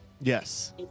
yes